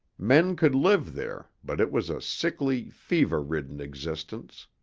men could live there, but it was a sickly, fever-ridden existence.